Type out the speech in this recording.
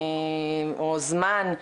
או זמן,